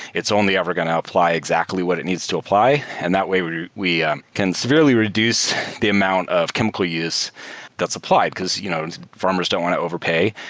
it's only ever going to apply exactly what it needs to apply. and that way we we can severely reduce the amount of chemical use that's applied, because you know and farmers don't want to overpay.